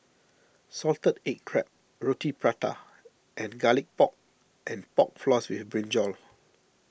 Salted Egg Crab Roti Prata and Garlic Pork and Pork Floss with Brinjal